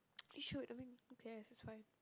we should I mean who cares it's fine